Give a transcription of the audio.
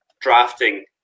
drafting